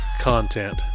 content